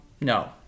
no